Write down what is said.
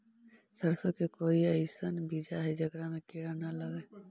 सरसों के कोई एइसन बिज है जेकरा में किड़ा न लगे?